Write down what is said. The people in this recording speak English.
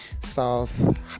South